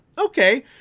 Okay